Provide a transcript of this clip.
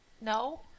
no